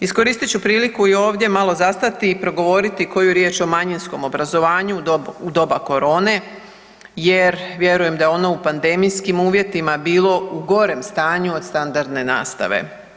Iskoristit ću priliku i ovdje malo zastati i progovoriti koju riječ o manjinskom obrazovanju u doba korona jer vjerujem da je ono u pandemijskim uvjetima bilo u gorem stanju od standardne nastave.